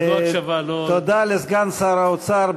תודה לסגן שר האוצר.